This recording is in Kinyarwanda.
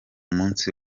munsi